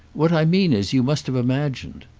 what i mean is you must have imagined.